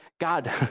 God